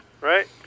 right